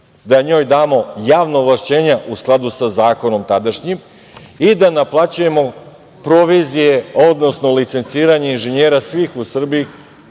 da njoj damo javna ovlašćenja u skladu sa zakonom tadašnjim i da naplaćujemo provizije, odnosno licenciranje inženjera svih u Srbiji